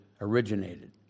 originated